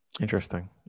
interesting